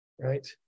Right